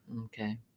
okay